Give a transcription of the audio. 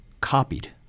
copied